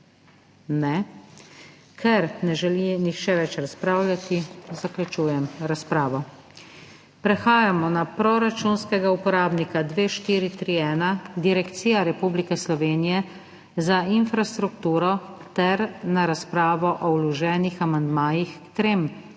Ne. Ker ne želi nihče več razpravljati, zaključujem razpravo. Prehajamo na proračunskega uporabnika 2431 Direkcija Republike Slovenije za infrastrukturo ter na razpravo o vloženih amandmajih k trem podprogramom